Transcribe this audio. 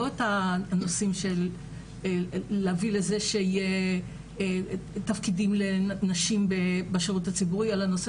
לא את הנושאים של להביא לזה שיהיה תפקידים לנשים בשירות הציבורי אלא נושא